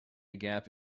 gap